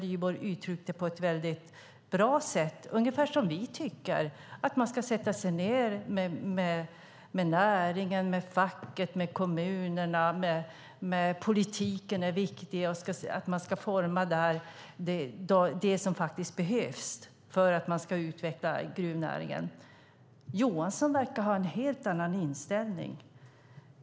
Hon uttryckte på ett bra sätt ungefär det som vi tycker, alltså att man ska sätta sig ned med näringen, facket och kommunerna, att politiken är viktig och att man där ska forma det som faktiskt behövs för att utveckla gruvnäringen. Johansson verkar ha en helt annan inställning.